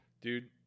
Dude